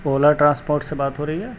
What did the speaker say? اولا transport سے بات ہو رہی ہے